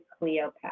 Cleopatra